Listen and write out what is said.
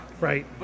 Right